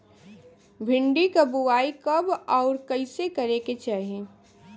भिंडी क बुआई कब अउर कइसे करे के चाही?